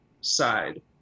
side